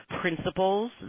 principles